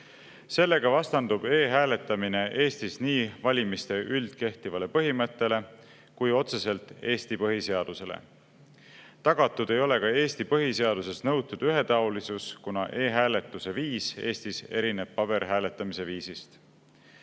Sellega vastandub e-hääletamine Eestis nii valimiste üldkehtivale põhimõttele kui ka otseselt Eesti põhiseadusele. Tagatud ei ole ka Eesti põhiseaduses nõutud ühetaolisus, kuna e-hääletuse viis Eestis erineb paberhääletamise viisist.